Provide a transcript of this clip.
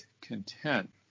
content